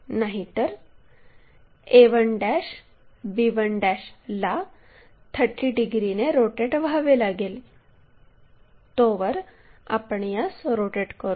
नाहीतर a1 b1 ला 30 डिग्रीने रोटेट व्हावे लागेल तोवर आपण यास रोटेट करू